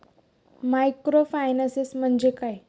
Microfinance म्हणजे काय?